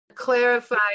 clarify